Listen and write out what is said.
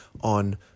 on